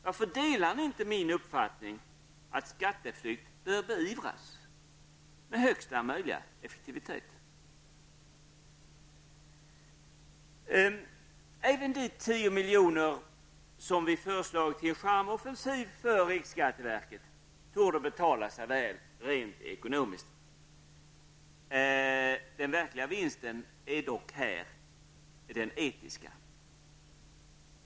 Varför delar ni inte min uppfattning om att skatteflykt bör beivras med största möjliga effektivitet? Även de tio miljoner som vi föreslagit till en charmoffensiv för riksskatteverket torde betala sig väl rent ekonomiskt. Den verkliga vinsten är dock här den etiska.